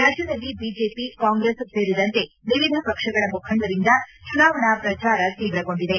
ರಾಜ್ಯದಲ್ಲಿ BJP Congress ಸೇರಿದಂತೆ ವಿವಿಧ ಪಕ್ಷಗಳ ಮುಖಂಡರಿಂದ ಚುನಾವಣಾ ಪ್ರಚಾರ ತೀವ್ರಗೊಂಡಿದೆ